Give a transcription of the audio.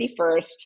31st